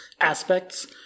aspects